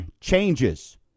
changes